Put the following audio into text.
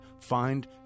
find